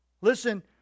Listen